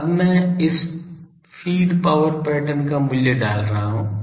अब मैं इस फीड पावर पैटर्न का मूल्य डाल रहा हूं